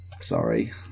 sorry